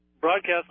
Broadcast